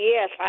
Yes